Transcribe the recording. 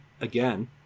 again